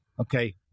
Okay